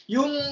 Yung